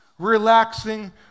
relaxing